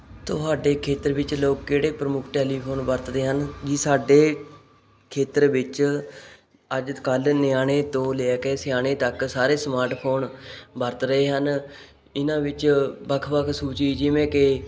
ਤੁਹਾਡੇ ਖੇਤਰ ਵਿੱਚ ਲੋਕ ਕਿਹੜੇ ਪ੍ਰਮੁੱਖ ਟੈਲੀਫੋਨ ਵਰਤਦੇ ਹਨ ਜੀ ਸਾਡੇ ਖੇਤਰ ਵਿੱਚ ਅੱਜ ਕੱਲ੍ਹ ਨਿਆਣੇ ਤੋਂ ਲੈ ਕੇ ਸਿਆਣੇ ਤੱਕ ਸਾਰੇ ਸਮਾਰਟਫੋਨ ਵਰਤ ਰਹੇ ਹਨ ਇਹਨਾਂ ਵਿੱਚ ਵੱਖ ਵੱਖ ਸੂਚੀ ਜਿਵੇਂ ਕਿ